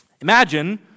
Imagine